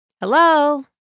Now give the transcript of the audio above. Hello